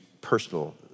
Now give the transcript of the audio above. personal